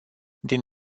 din